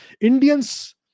Indians